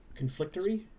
conflictory